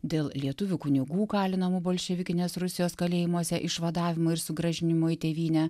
dėl lietuvių kunigų kalinamų bolševikinės rusijos kalėjimuose išvadavimo ir sugrąžinimo į tėvynę